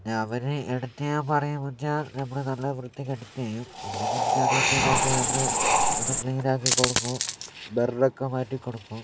പിന്നെ അവർ എഡിറ്റ് ചെയ്യാൻ പറഞ്ഞാൽ നമ്മൾ നല്ല വൃത്തിക്ക് എഡിറ്റ് ചെയ്യും ഇല്ലെങ്കിൽ പിന്നെ അതിൻറ്റിടക്കു നമ്മൾ ഒന്ന് ക്ലീൻ ആക്കി കൊടുക്കും ബ്ലർ ഒക്കെ മാറ്റി കൊടുക്കും